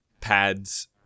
pads